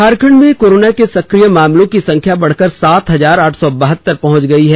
झारखंड में कोरोना के सक्रिय मामलों की संख्या बढ़कर सात हजार आठ सौ बहत्तर पहुंच गयी है